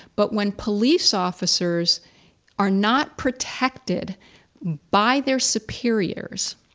but when police officers are not protected by their superiors,